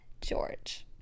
George